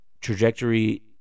trajectory